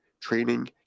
training